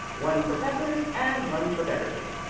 one for peddlers, and one for beggars.